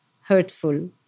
hurtful